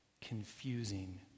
confusing